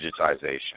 digitization